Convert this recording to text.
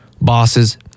bosses